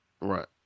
Right